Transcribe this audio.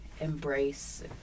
embrace